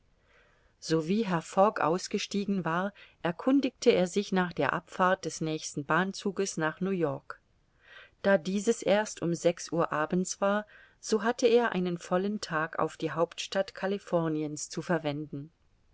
sowie herr fogg ausgestiegen war erkundigte er sich nach der abfahrt des nächsten bahnzuges nach new-york da dieses erst um sechs uhr abends war so hatte er einen vollen tag auf die hauptstadt californiens zu verwenden